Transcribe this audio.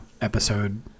episode